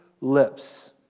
lips